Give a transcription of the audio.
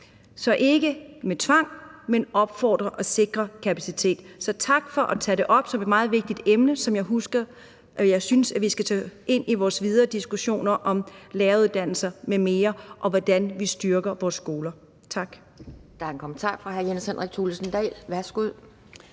Så ikke med tvang, men med opfordring og sikring af kapacitet. Så tak for at tage det op som et meget vigtigt emne, som jeg synes vi skal tage ind i vores videre diskussioner om læreruddannelse m.m., og om, hvordan vi styrker vores skoler. Tak.